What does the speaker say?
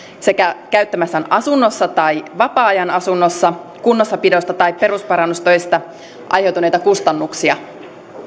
sekä käyttämässään asunnossa tai vapaa ajan asunnossa kunnossapidosta tai perusparannustöistä aiheutuneita kustannuksia